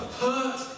hurt